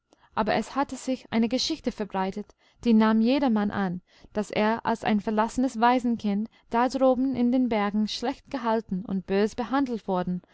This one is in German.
aber es hatte sich eine geschichte verbreitet die nahm jedermann an daß er als ein verlassenes waisenkind da droben in den bergen schlecht gehalten und bös behandelt worden